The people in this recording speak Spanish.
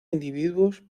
individuos